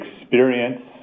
experience